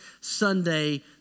Sunday